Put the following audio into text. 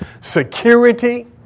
security